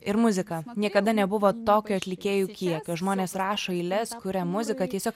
ir muzika niekada nebuvo tokio atlikėjų kiekio žmonės rašo eiles kuria muziką tiesiog